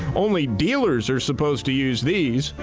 only dealers are supposed to use these.